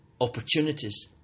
opportunities